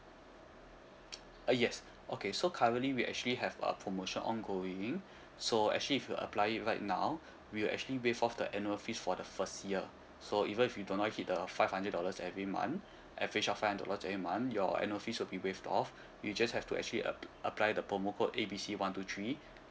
uh yes okay so currently we actually have a promotion ongoing so actually if you apply it right now we will actually waive off the annual fees for the first year so even if you do not hit the five hundred dollars every month average of five hundred dollars every month your annual fees will be waived off you just have to actually app~ apply the promo code A B C one two three